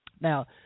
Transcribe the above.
Now